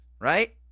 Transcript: right